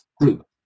group